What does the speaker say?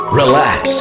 relax